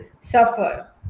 suffer